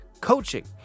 coaching